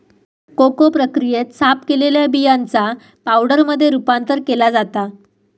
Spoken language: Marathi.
कोको प्रक्रियेत, साफ केलेल्या बियांचा पावडरमध्ये रूपांतर केला जाता